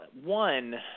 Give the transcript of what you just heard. one